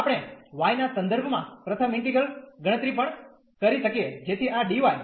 આપણે y ના સંદર્ભમાં પ્રથમ ઈન્ટિગ્રલ ગણતરી પણ કરી શકીએ જેથી આ dy